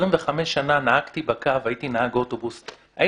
הייתי נהג אוטובוס 25 שנה.